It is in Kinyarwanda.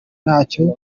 ntacyo